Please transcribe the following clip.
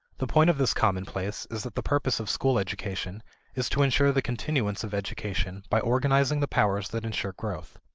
the point of this commonplace is that the purpose of school education is to insure the continuance of education by organizing the powers that insure growth.